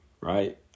right